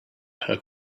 her